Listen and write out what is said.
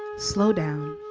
slow down.